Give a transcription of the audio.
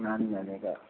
आने जाने का